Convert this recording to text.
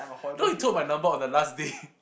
you know he took my number on the last day